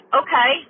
okay